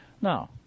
now